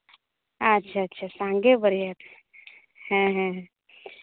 ᱟᱪᱪᱷᱟ ᱟᱪᱪᱷᱟ ᱥᱟᱸᱜᱮ ᱵᱟᱹᱨᱭᱟᱹᱛ ᱦᱮᱸ ᱦᱮᱸ